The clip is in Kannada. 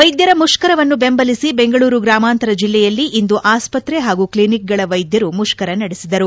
ವೈದ್ಯರ ಮುಷ್ಕರವನ್ನು ಬೆಂಬಲಿಸಿ ಬೆಂಗಳೂರು ಗ್ರಾಮಾಂತರ ಜಿಲ್ಲೆಯಲ್ಲಿಂದು ಆಸ್ಪತ್ರೆ ಹಾಗೂ ಕ್ಲಿನಿಕ್ಗಳ ವೈದ್ಯರು ಮುಷ್ಕರ ನಡೆಸಿದರು